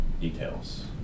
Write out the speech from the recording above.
details